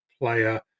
player